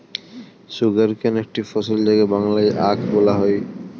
sugarcane একটি ফসল যাকে বাংলায় আখ বলা হয়